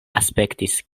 aspektis